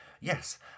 yes